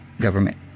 government